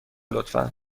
لطفا